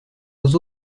aux